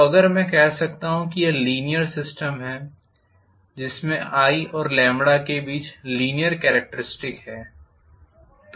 तो अगर मैं कह सकता हूं कि यह लीनीयर सिस्टम है जिसमें i और के बीच लीनीयर कॅरेक्टरिस्टिक्स हैं